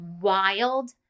wild